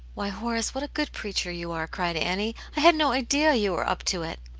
why, horace, what a good preacher you are, cried annie. i had no idea you were up to it.